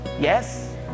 Yes